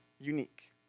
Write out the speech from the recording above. unique